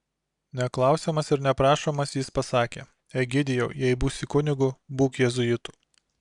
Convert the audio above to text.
neklausiamas ir neprašomas jis pasakė egidijau jei būsi kunigu būk jėzuitu